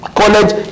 college